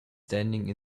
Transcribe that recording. standing